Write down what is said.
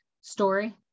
story